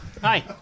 Hi